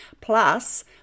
Plus